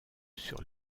sur